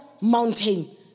mountain